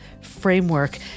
Framework